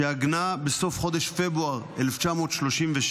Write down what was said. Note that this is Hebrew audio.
שעגנה בסוף חודש פברואר 1936